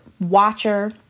watcher